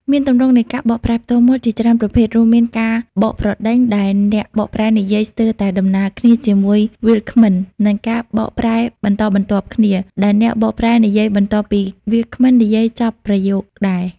មានទម្រង់នៃការបកប្រែផ្ទាល់មាត់ជាច្រើនប្រភេទ រួមមាន ការបកប្រដេញ ដែលអ្នកបកប្រែនិយាយស្ទើរតែដំណាលគ្នាជាមួយវាគ្មិន និងការបកប្រែបន្តបន្ទាប់គ្នា ដែលអ្នកបកប្រែនិយាយបន្ទាប់ពីវាគ្មិននិយាយចប់ប្រយោគដែរ។